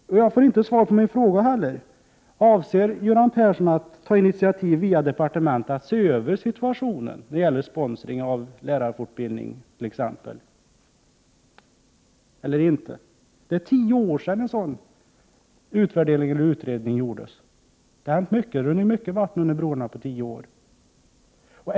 Jag har inte fått något svar på min fråga, vilken jag upprepar: Avser Göran Persson att ta initiativ via departementet till en översyn av situationen när det gäller sponsring av t.ex. lärarfortbildningen eller inte? Det är nu tio år sedan en sådan utredning gjordes och det har hunnit rinna mycket vatten under broarna under dessa tio år.